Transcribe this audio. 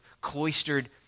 cloistered